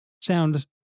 sound